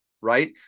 right